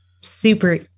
super